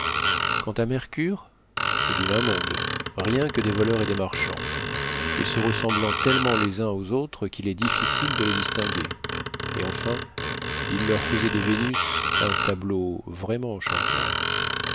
quant à mercure vilain monde rien que des voleurs et des marchands et se ressemblant tellement les uns aux autres qu'il est difficile de les distinguer et enfin il leur faisait de vénus un tableau vraiment enchanteur